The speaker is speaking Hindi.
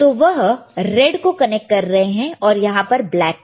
तो यहां पर वह वो रेड को कनेक्ट कर रहे हैं और यहां पर ब्लैक को